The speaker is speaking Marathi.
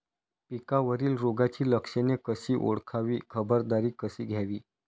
पिकावरील रोगाची लक्षणे कशी ओळखावी, खबरदारी कशी घ्यावी?